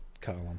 column